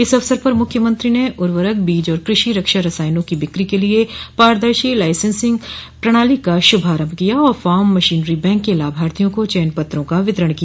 इस अवसर पर मुख्यमंत्री ने उर्वरक बीज और कृषि रक्षा रसायनों की बिक्री के लिए पारदर्शी लाइसेंसिंग प्रणाली का शुभारम्भ किया और फार्म मशीनरी बैंक के लाभार्थियों को चयन पत्रों का वितरण किया